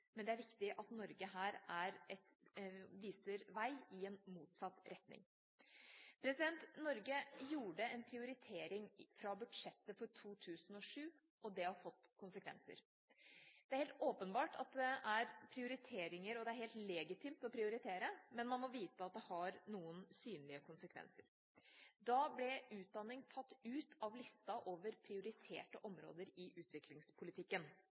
men det er viktig at Norge her viser vei i en motsatt retning. Norge gjorde en prioritering fra budsjettet for 2007, og det har fått konsekvenser. Det er helt åpenbart at det er prioriteringer – og det er helt legitimt å prioritere – men man må vite at det har noen synlige konsekvenser. Da ble utdanning tatt ut av listen over prioriterte områder i utviklingspolitikken.